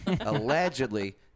allegedly